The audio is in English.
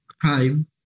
crime